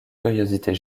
curiosités